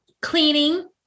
Cleaning